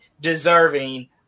deserving